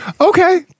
Okay